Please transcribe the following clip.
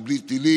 זה בלי טילים,